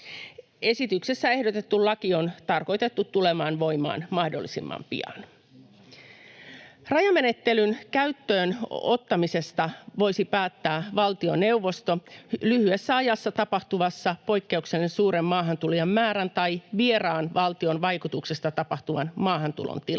Esityksessä ehdotettu laki on tarkoitettu tulemaan voimaan mahdollisimman pian. Rajamenettelyn käyttöön ottamisesta voisi päättää valtioneuvosto lyhyessä ajassa tapahtuvassa poikkeuksellisen suuren maahantulijamäärän tai vieraan valtion vaikutuksesta tapahtuvan maahantulon tilanteessa.